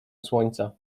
słońca